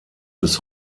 bis